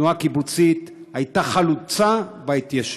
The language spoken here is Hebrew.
התנועה הקיבוצית הייתה חלוצה בהתיישבות,